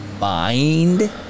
mind